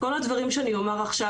מה שאתה אומר?